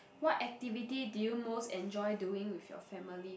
what activity do you most enjoy doing with your family